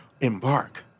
embark